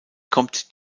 kommt